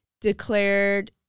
declared